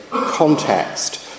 context